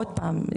עוד פעם,